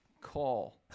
call